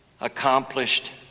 accomplished